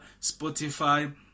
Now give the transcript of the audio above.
Spotify